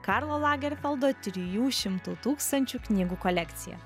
karlo lagerfeldo trijų šimtų tūkstančių knygų kolekcija